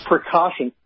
Precaution